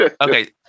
okay